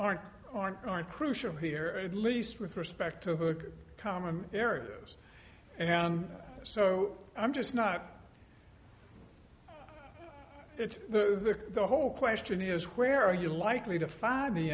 aren't aren't aren't crucial here at least with respect to overlook common areas so i'm just not it's the the whole question is where are you likely to find the